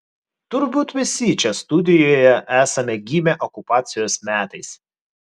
turbūt visi čia studijoje esame gimę okupacijos metais